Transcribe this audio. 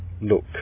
look